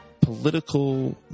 political